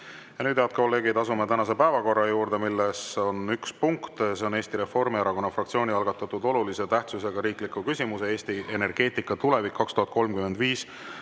Nüüd, head kolleegid, asume tänase päevakorra juurde, milles on üks punkt, see on Eesti Reformierakonna fraktsiooni algatatud olulise tähtsusega riikliku küsimuse "Eesti energeetika tulevik 2035"